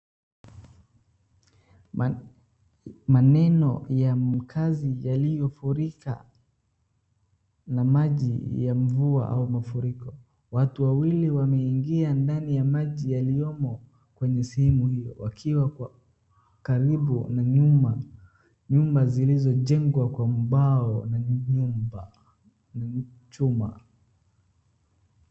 Maneno ya makazi yaliyofurika na maji ya mvua au mafuriko. Watu wawili wameingia ndani ya maji yaliyomo kwenye sehemu hiyo wakiwa karibu na nyumba zilizojengwa kwa mbao na chuma.